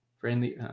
Friendly